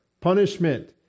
punishment